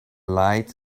lights